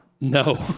No